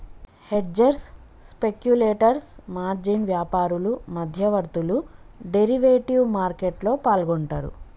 hedgers, speculators, margin వ్యాపారులు, మధ్యవర్తులు derivative మార్కెట్లో పాల్గొంటరు